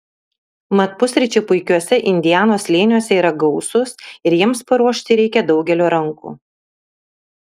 mat pusryčiai puikiuose indianos slėniuose yra gausūs ir jiems paruošti reikia daugelio rankų